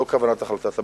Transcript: לא כוונת החלטת הממשלה.